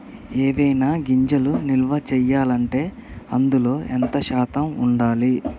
ఏవైనా గింజలు నిల్వ చేయాలంటే అందులో ఎంత శాతం ఉండాలి?